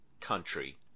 Country